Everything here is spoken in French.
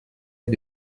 est